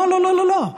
לא לא לא לא,